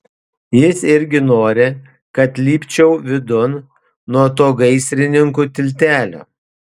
jis irgi nori kad lipčiau vidun nuo to gaisrininkų tiltelio